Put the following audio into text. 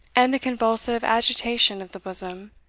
and the convulsive agitation of the bosom,